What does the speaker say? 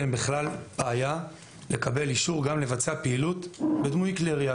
להם בכלל בעיה גם לקבל אישור לבצע פעילות בדמוי כלי ירייה.